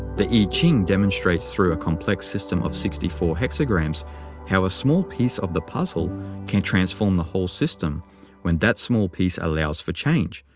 the ching demonstrates through a complex system of sixty-four hexagrams how a small piece of the puzzle can transform the whole system when that small piece allows for change,